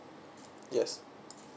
yes